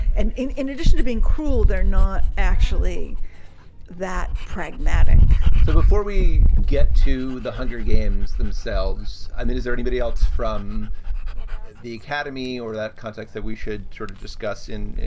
and in in addition to being cruel, they're not actually that pragmatic so before we get to the hunger games themselves, i mean, is there anybody else from the academy or that context that we should sort of discuss in.